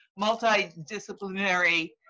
multidisciplinary